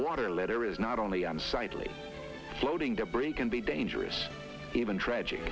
water letter is not only unsightly floating debris can be dangerous even tragic